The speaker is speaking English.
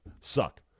suck